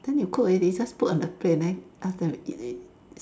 then you cook already just put on the plate and then ask them to eat it